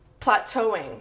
plateauing